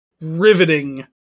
riveting